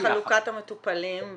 ואיך חלוקת המטופלים,